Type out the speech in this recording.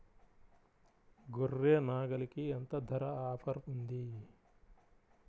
గొర్రె, నాగలికి ఎంత ధర ఆఫర్ ఉంది?